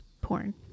porn